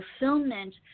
fulfillment